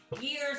years